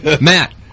Matt